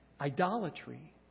idolatry